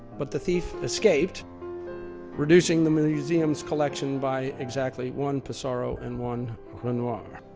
but the thief escaped reducing the museum's collection by exactly one pissarro and one renoir.